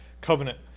covenant